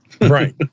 Right